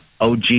OG